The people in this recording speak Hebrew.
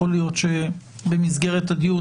יכול להיות שבמסגרת הדיון,